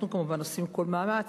אנחנו כמובן עושים כל מאמץ,